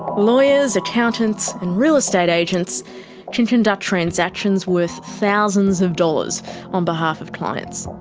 lawyers, accountants and real estate agents can conduct transactions worth thousands of dollars on behalf of clients.